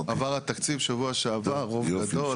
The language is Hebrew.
הערבים הבדואים.